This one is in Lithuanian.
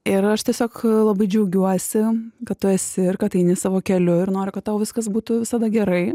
ir aš tiesiog labai džiaugiuosi kad tu esi ir kad eini savo keliu ir noriu kad tau viskas būtų visada gerai